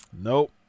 nope